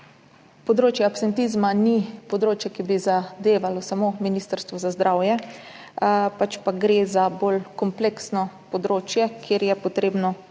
Področje absentizma ni področje, ki bi zadevalo samo Ministrstvo za zdravje, pač pa gre za bolj kompleksno področje, kjer je treba